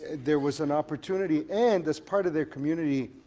there was an opportunity and as part of their community